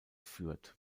führt